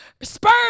spurs